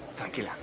thinking!